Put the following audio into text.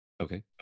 okay